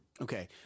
Okay